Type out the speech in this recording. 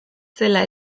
zela